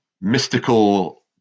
mystical